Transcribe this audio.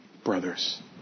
Brothers